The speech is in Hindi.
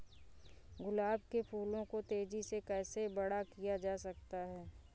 गुलाब के फूलों को तेजी से कैसे बड़ा किया जा सकता है?